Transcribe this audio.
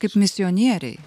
kaip misionieriai